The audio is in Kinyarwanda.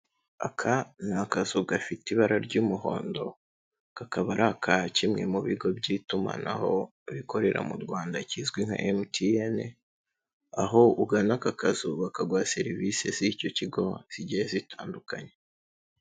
Aka ni akazu gafite ibara ry'umuhondo, kakaba ari aka kimwe mu bigo by'itumanaho, ibikorera mu Rwanda kizwi nka MTN, aho ugana aka kazuba bakaguha serivisi z'icyo kigo, zigiye zitandukanye.